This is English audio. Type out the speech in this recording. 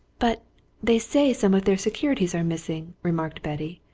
but they say some of their securities are missing, remarked betty.